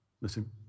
listen